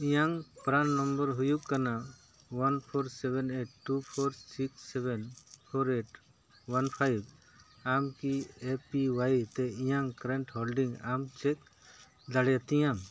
ᱤᱧᱟᱝ PRAN number ᱦᱩᱭᱩᱜ ᱠᱟᱱᱟ one four seven eight two four six seven four eight one five ᱟᱢ ᱠᱤ ᱮ ᱯᱤ ᱚᱣᱟᱭ ᱛᱮ ᱤᱧᱟᱝ ᱠᱟᱨᱮᱱᱴ ᱦᱳᱞᱰᱤᱝ ᱟᱢ ᱪᱮᱫ ᱫᱟᱲᱮᱭᱟᱛᱤᱧᱟᱢ